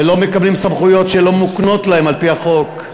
ולא מקבלים סמכויות שלא מוקנות להם על-פי החוק,